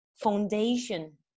foundation